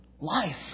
Life